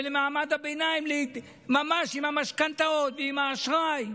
ולמעמד הביניים ממש, עם המשכנתאות, עם האשראי.